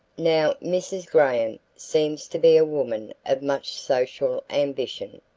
now, mrs. graham seems to be a woman of much social ambition.